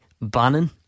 Bannon